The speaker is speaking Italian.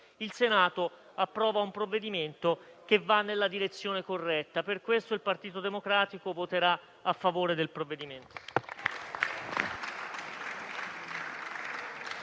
il Senato approvi un provvedimento che va nella direzione corretta. Per questo il Partito Democratico voterà a favore del provvedimento